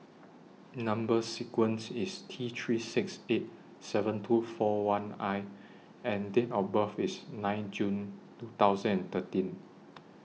Number sequence IS T three six eight seven two four one I and Date of birth IS nine June two thousand and thirteen